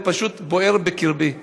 הוא פשוט בוער בקרבי,